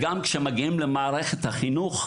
כשמגיעים למערכת החינוך,